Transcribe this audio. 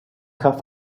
have